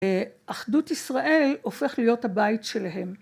״אחדות ישראל״ הופך להיות הבית שלהם